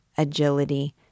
agility